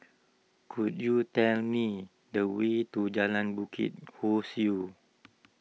could you tell me the way to Jalan Bukit Ho Swee